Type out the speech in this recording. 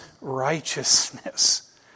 righteousness